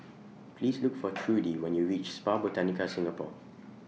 Please Look For Trudi when YOU REACH Spa Botanica Singapore